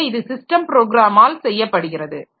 எனவே இது ஸிஸ்டம் ப்ரோக்ராமால் செய்யப்படுகிறது